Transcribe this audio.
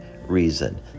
reason